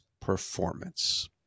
performance